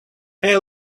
hey